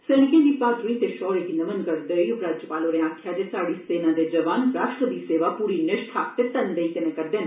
सैनिकें दी बहादुरी ते शौग्र गी नमन करदे होई उपराज्यपाल होरें आक्खेआ जे साढ़ी सेना दे जोआन राश्ट्र दी सेवा पूरी निष्ठा ते तनदेई कन्नै करदे न